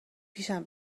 پیشم